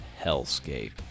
hellscape